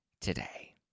today